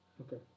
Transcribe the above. Okay